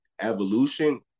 evolution